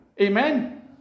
Amen